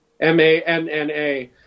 M-A-N-N-A